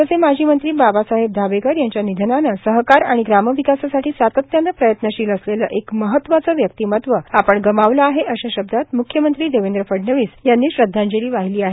राज्याचे माजी मंत्री बाबासाहेब धाबेकर यांच्या निधनानं सहकार आणि ग्रामविकासासाठी सातत्यानं प्रयत्नशील असलेलं एक महत्वाचं व्यक्तिमत्व आपण गमावलं आहेए अशा शब्दांत म्ख्यमंत्री देवेंद्र फडणवीस यांनी श्रद्धांजली वाहिली आहे